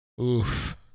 Oof